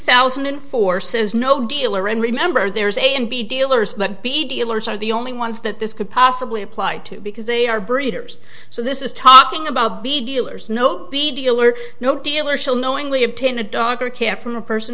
thousand and four says no dealer in remember there is a and b dealers but b dealers are the only ones that this could possibly apply to because they are breeders so this is talking about b dealers no big deal or no dealer shall knowingly obtain a dog or cat from a person